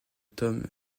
tom